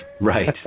right